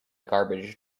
garbage